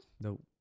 Nope